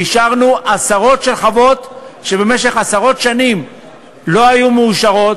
אישרנו עשרות חוות שבמשך עשרות שנים לא היו מאושרות,